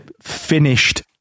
finished